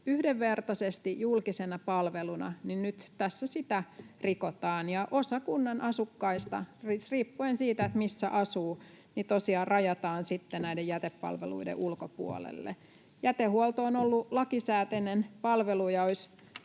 yhdenvertaisesti julkisena palveluna, niin nyt tässä sitä rikotaan ja osa kunnan asukkaista riippuen siitä, missä asuu, tosiaan rajataan sitten näiden jätepalveluiden ulkopuolelle. Jätehuolto on ollut lakisääteinen palvelu, ja olisi